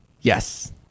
Yes